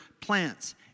plants